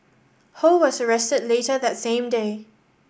ho was arrested later that same day